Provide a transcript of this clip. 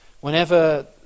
Whenever